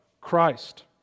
Christ